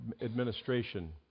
administration